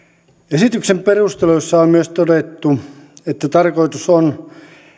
esityksen perusteluissa on myös todettu että tarkoitus on